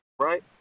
right